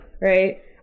right